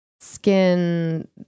skin